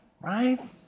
right